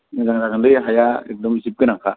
मोजां जागोनलै हाया एखदम जिब गोनांखा